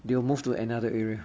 they will move to another area